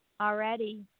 Already